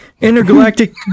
Intergalactic